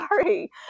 sorry